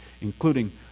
including